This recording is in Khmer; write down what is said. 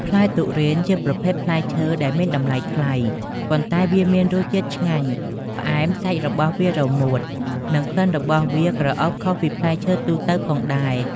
ផ្លែទុរេន ជាប្រភេទផ្លែឈើដែលមានតម្លៃថ្លៃ ប៉ុន្តែវាមានរសជាតិឆ្ងាញ់ ផ្អែម សាច់របស់វាល្មួត និងក្លិនរបស់វាក្រអូបខុសពីផ្លែឈើទូទៅផងដែរ។